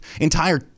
entire